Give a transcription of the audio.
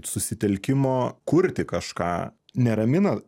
susitelkimo kurti kažką neramina